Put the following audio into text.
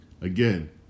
Again